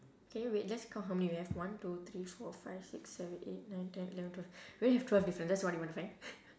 can you wait let's count how many we have one two three four five six seven eight nine ten eleven twelve we only have twelve difference that's all I'm gonna find